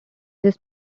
this